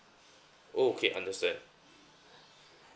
okay understand